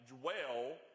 dwell